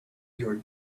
your